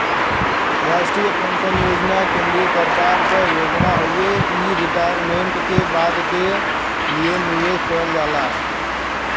राष्ट्रीय पेंशन योजना केंद्रीय सरकार क योजना हउवे इ रिटायरमेंट के बाद क लिए निवेश करल जाला